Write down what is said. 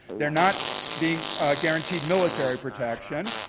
they're not being guaranteed military protection.